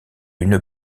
une